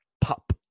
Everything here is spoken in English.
pop